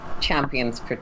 champions